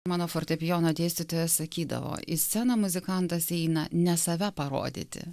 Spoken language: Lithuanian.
mano fortepijono dėstytojas sakydavo į sceną muzikantas eina ne save parodyti